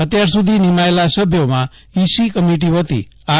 અત્યાર સુધી નિમાયેલા સભ્યોમાં ઇસી કમિટી વતી આર